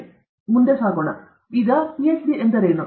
ಸರಿ ಪಿಎಚ್ಡಿ ಎಂದರೇನು